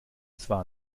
zwar